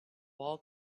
war